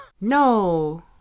No